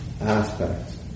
aspects